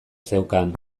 zeukan